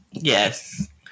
Yes